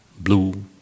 blue